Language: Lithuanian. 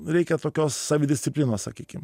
reikia tokios savidisciplinos sakykim